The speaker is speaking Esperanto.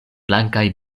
blankaj